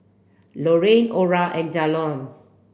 Lorrayne Orra and Jalon